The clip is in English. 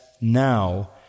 now